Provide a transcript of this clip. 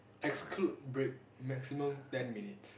exclude break maximum ten minutes